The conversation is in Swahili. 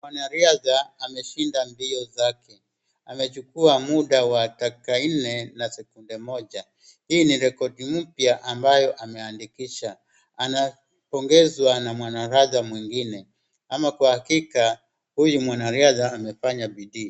Mwanariadha ameshinda mbio zake, amechukua muda wa dakika nne na sekunde moja. Hii ni rekodi mpya ambayo ameandikisha. Anapongezwa na mwanariadha mwingine, ama kwa hakika huyu mwanariadha amefanya bidii.